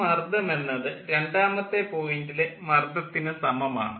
ഈ മർദ്ദം എന്നത് രണ്ടാമത്തെ പോയിൻ്റിലെ മർദ്ദത്തിനു സമമാണ്